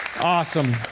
Awesome